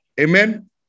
Amen